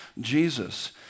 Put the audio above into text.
Jesus